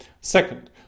Second